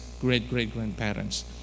great-great-grandparents